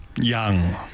Young